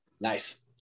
nice